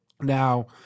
now